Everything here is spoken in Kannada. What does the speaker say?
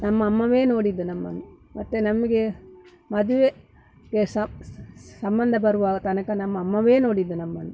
ನಮ್ಮಮ್ಮವೇ ನೋಡಿದ್ದು ನಮ್ಮನ್ನು ಮತ್ತೆ ನಮಗೆ ಮದುವೆ ಗೆ ಸಹ ಸಂಬಂಧ ಬರುವ ತನಕ ನಮ್ಮಮ್ಮನೇ ನೋಡಿದ್ದು ನಮ್ಮನ್ನ